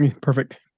Perfect